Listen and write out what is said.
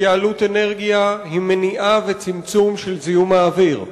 התייעלות אנרגיה היא מניעה וצמצום של זיהום האוויר.